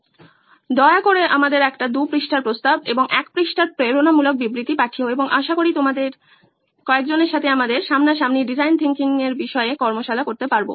অনুগ্রহ করে আমাদের একটি দুই পৃষ্ঠার প্রস্তাব এবং এক পৃষ্ঠার প্রেরণামূলক বিবৃতি পাঠিয়ো এবং আশা করি আমাদের তোমাদের কয়েকজনের সাথে দেখা হবে যাতে আমরা ডিজাইন থিংকিং বিষয়ে সামনাসামনি কর্মশালা করতে পারি